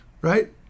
right